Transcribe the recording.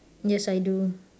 yes I do